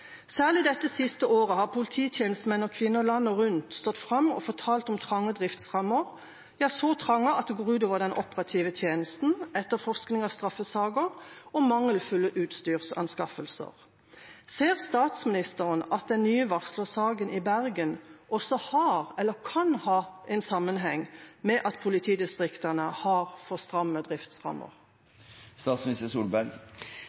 Særlig det siste året har polititjenestemenn og -kvinner landet rundt stått fram og fortalt om trange driftsrammer. De er så trange at det går ut over den operative tjenesten og etterforskningen av straffesaker, og gir mangelfulle utstyrsanskaffelser. Ser statsministeren at den nye varslersaken i Bergen også har eller kan ha en sammenheng med at politidistriktene har for stramme